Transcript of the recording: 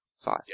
Five